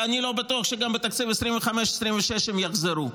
ואני לא בטוח שגם בתקציב 2026-2025 הן יחזרו.